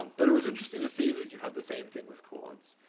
um but it was interesting to see that you had the same thing with chords.